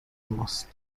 ماست